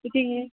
जियां